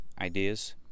ideas